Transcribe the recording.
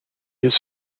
his